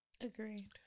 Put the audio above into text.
Agreed